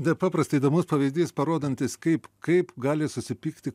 nepaprastai įdomus pavyzdys parodantis kaip kaip gali susipykti